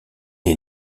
est